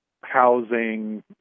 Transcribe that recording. housing